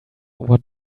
what